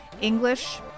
English